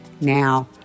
Now